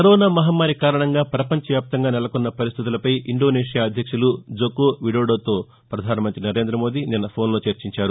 corona మహమ్మారి కారణంగా పపంచవ్యాప్తంగా నెలకొన్న పరిస్థితులపై ఇండోనేషియా అధ్యక్షులు జోకో విడొడోతో ప్రధానమంతి నరేంద్రమోదీ నిన్న ఫోన్లో చర్చించారు